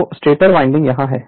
तो stator winding यहाँ हैं